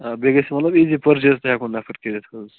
بیٚیہِ گَژھِ مطلب ایٖزی پرجیز تہِ ہیٚکُن نفر کٔرِتھ حظ